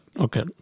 okay